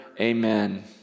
amen